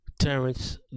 Terrence